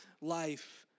life